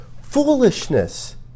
foolishness